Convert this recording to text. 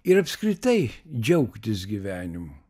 ir apskritai džiaugtis gyvenimu